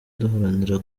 duharanire